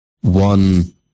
one